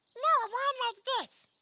no a wand like this.